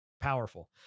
powerful